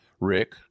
Rick